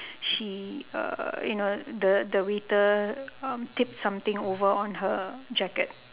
she err you know the the the waiter um tip something over on her jacket